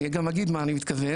אני גם אגיד מה אני מתכוון,